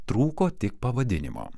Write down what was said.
trūko tik pavadinimo